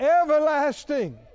everlasting